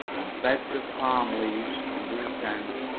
on beds of palm leaves, under the tent,